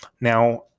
Now